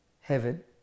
heaven